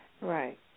Right